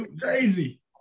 crazy